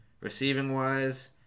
receiving-wise